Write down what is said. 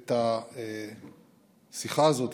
את השיחה הזאת,